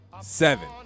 seven